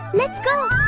let's go,